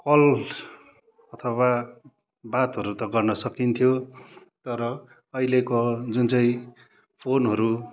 call अथवा बातहरू त गर्न सकिन्थ्यो तर अहिलेको जुन चाहिँ फोनहरू